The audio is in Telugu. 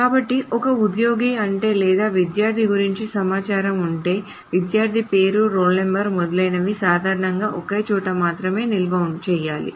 కాబట్టి ఒక ఉద్యోగి ఉంటే లేదా విద్యార్థి గురించి సమాచారం ఉంటే విద్యార్థి పేరు రోల్ నంబర్ మొదలైనవి సాధారణంగా ఒకే చోట మాత్రమే నిల్వ చేయాలి